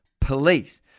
police